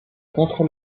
contre